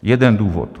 Jeden důvod.